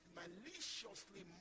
maliciously